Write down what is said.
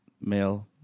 male